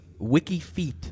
Wikifeet